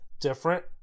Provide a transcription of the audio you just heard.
different